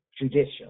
judicial